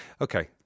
okay